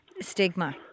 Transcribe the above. Stigma